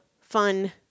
fun